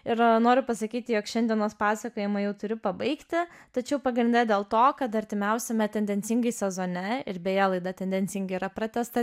ir noriu pasakyti jog šiandienos pasakojimą jau turiu pabaigti tačiau pagrinde dėl to kad artimiausiame tendencingai sezone ir beje laida tendencingai yra pratęsta